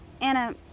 Anna